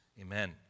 Amen